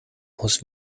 aus